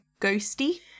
ghosty